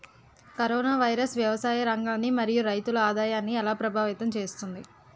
Corona virus వ్యవసాయ రంగాన్ని మరియు రైతుల ఆదాయాన్ని ఎలా ప్రభావితం చేస్తుంది?